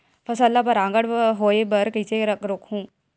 फसल ल परागण होय बर कइसे रोकहु?